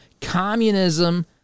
communism